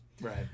Right